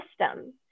system